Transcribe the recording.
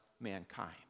mankind